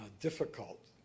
difficult